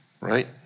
Right